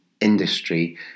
industry